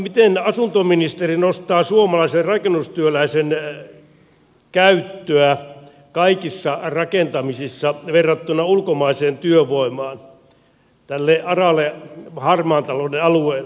miten asuntoministeri nostaa suomalaisen rakennustyöläisen käyttöä kaikissa rakentamisissa verrattuna ulkomaiseen työvoimaan tällä aralla harmaan talouden alueella